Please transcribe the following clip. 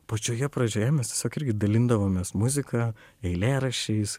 pačioje pradžioje mes tiesiog irgi dalindavomės muzika eilėraščiais